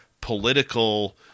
political